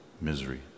misery